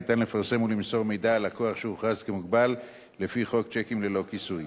ניתן לפרסם ולמסור מידע על לקוח שהוכרז כמוגבל לפי חוק שיקים ללא כיסוי.